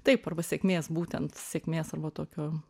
taip arba sėkmės būtent sėkmės arba tokio